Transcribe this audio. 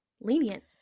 lenient